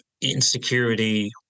insecurity